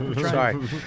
Sorry